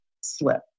slip